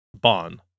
Bond